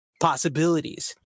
possibilities